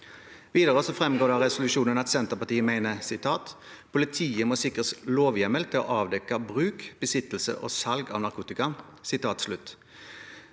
Videre fremgår det av resolusjonen at Senterpartiet mener følgende: «Politiet må sikres lovhjemmel til å avdekke bruk, besittelse og salg av narkotika.»